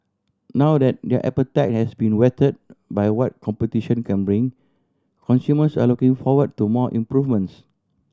now that their appetite has been whetted by what competition can bring consumers are looking forward to more improvements